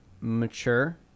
mature